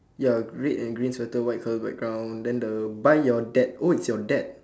ya red and green sweater white colour background then the buy your dad oh it's your dad